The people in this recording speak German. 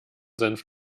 senf